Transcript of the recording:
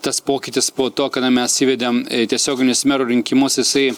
tas pokytis po to kada mes įvedėm tiesioginius merų rinkimus jisai